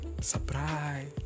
surprise